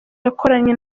yakoranye